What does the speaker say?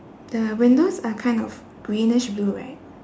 the windows are kind of greenish blue right